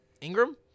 Ingram